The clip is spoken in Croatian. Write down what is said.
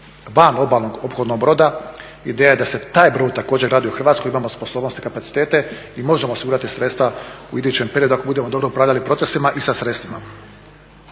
van obalnog ophodnog broda. Ideja je da se taj brod također radi u Hrvatskoj. Imamo sposobnosti i kapacitete i možemo osigurati sredstva u idućem periodu ako budemo dobro upravljali procesima i sa sredstvima.